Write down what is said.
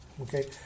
Okay